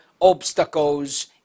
obstacles